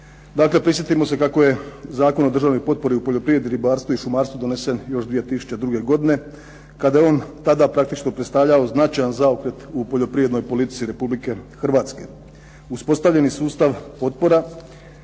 Dakle prisjetimo se kako je Zakon o državnoj potpori u poljoprivredi, ribarstvu i šumarstvu donesen još 2002. godine, kada je on tada praktično predstavljao značajan zaokret u poljoprivrednoj politici Republike Hrvatske. Uspostavljeni sustav potpora